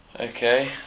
Okay